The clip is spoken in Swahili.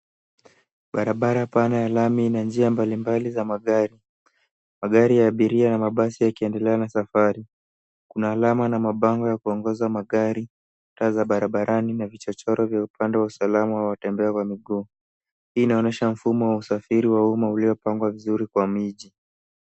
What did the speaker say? Barabara pana ya lami ina njia mbalimbali za magari. Magari ya abiria na mabasi yakiendelea na safari. Kuna alama na mabango ya kuongoza magari, taa za barabarani na vichochoro vya upande wa usalama wa watemba kwa miguu. Hii inaonesha mfumo wa usafiri wa umma uliopangwa vizuri kwa miji.